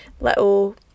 little